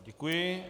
Děkuji.